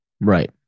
Right